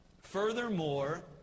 Furthermore